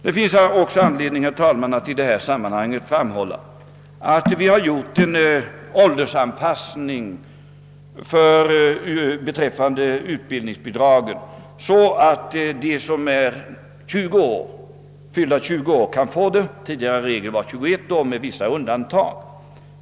Det finns också anledning, herr talman, att i detta sammanhang framhålla att vi har gjort en åldersanpassning beträffande utbildningsbidragen, så att de som är fyllda 20 år kan få sådant bidrag. Tidigare var det 21 år, med vissa undantag.